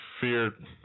feared